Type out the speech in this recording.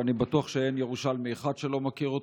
ואני בטוח שאין ירושלמי אחד שלא מכיר אותו,